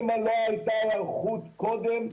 אם לא הייתה היערכות קודם,